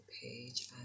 page